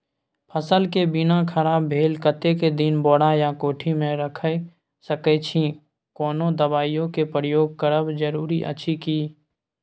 फसल के बीना खराब भेल कतेक दिन बोरा या कोठी मे रयख सकैछी, कोनो दबाईयो के प्रयोग करब जरूरी अछि की?